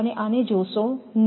આને જોશો નહીં